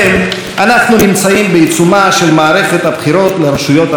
אנחנו נמצאים בעיצומה של מערכת הבחירות לרשויות המקומיות.